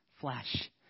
flesh